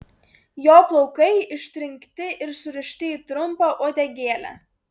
jo plaukai ištrinkti ir surišti į trumpą uodegėlę